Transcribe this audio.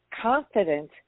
Confident